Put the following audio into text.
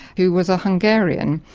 who was a hungarian.